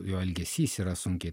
jo elgesys yra sunkiai